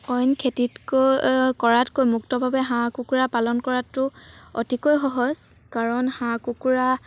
অইন খেতিতকৈ কৰাতকৈ মুক্তভাৱে হাঁহ কুকুৰা পালন কৰাতো অতিকৈ সহজ কাৰণ হাঁহ কুকুৰা